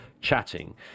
chatting